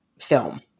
film